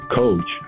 coach